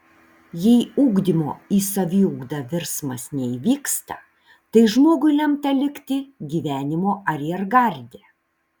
jei ugdymo į saviugdą virsmas neįvyksta tai žmogui lemta likti gyvenimo ariergarde